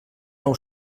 nou